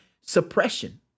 suppression